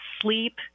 sleep